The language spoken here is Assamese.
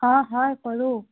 অঁ হয় কৰোঁ